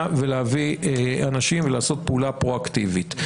ולהביא אנשים ולעשות פעולה פרואקטיבית.